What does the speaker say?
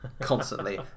constantly